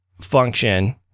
function